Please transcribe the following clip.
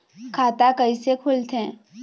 खाता कइसे खोलथें?